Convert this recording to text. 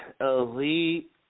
Elite